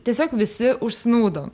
tiesiog visi užsnūdo